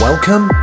Welcome